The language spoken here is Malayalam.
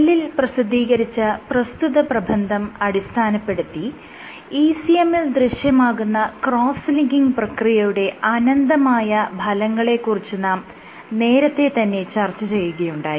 സെല്ലിൽ പ്രസിദ്ധീകരിച്ച പ്രസ്തുത പ്രബന്ധം അടിസ്ഥാനപ്പെടുത്തി ECM ൽ ദൃശ്യമാകുന്ന ക്രോസ്സ് ലിങ്കിങ് പ്രക്രിയയുടെ അനന്തമായ ഫലങ്ങളെ കുറിച്ച് നാം നേരത്തെ തന്നെ ചർച്ച ചെയ്യുകയുണ്ടായി